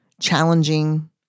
challenging